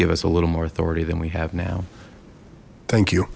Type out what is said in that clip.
give us a little more authority than we have now thank you